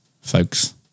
folks